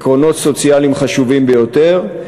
עקרונות סוציאליים חשובים ביותר,